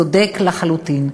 צודק לחלוטין.